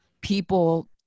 people